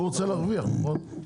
הוא רוצה להרוויח, נכון?